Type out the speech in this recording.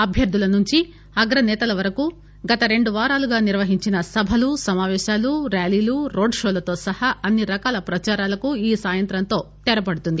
అభ్యర్థుల నుంచి అగ్రసేతల వరకు గత రెండువారాలుగా నిర్వహించిన సభలు సమాపేశాలు ర్యాలీలు రోడ్ షోలతో సహా అన్ని రకాల ప్రదారాలకు ఈ సాయంత్రంతో తెరపడుతుంది